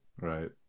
right